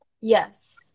Yes